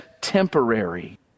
temporary